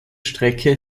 strecke